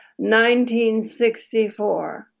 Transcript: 1964